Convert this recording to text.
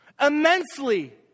immensely